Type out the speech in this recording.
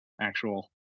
actual